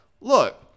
look